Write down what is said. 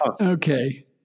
okay